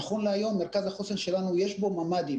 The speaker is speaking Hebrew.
נכון להיום במרכז החוסן שלנו יש ממ"דים,